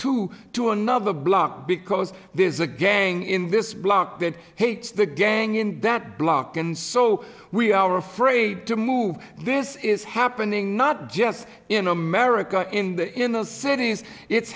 two to another block because there's a gang in this block that hates the gang in that block and so we are afraid to move this is happening not just in america in the in the cities it's